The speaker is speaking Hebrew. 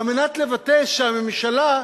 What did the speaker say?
על מנת לוודא שהממשלה,